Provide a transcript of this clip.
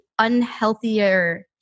unhealthier